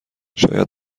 شاید